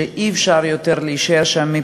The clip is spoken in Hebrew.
שאי-אפשר להישאר שם יותר,